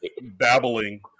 babbling